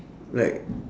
like